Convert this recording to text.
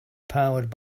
powered